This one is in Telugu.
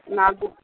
నాగు